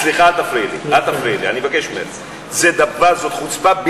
אני נאמתי עשר דקות, סליחה שאני